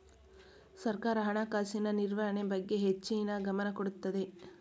ಸರ್ಕಾರ ಹಣಕಾಸಿನ ನಿರ್ವಹಣೆ ಬಗ್ಗೆ ಹೆಚ್ಚಿನ ಗಮನ ಕೊಡುತ್ತದೆ